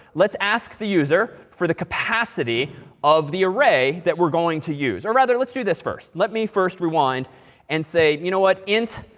let's ask the user for the capacity of the array that we're going to use. or rather, let's do this first. let me first rewind and say, you know what? int,